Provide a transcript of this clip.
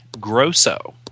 Grosso